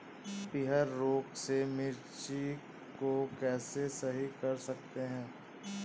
पीहर रोग से मिर्ची को कैसे सही कर सकते हैं?